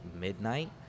midnight